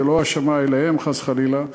וזה לא האשמה כלפיהם חס וחלילה,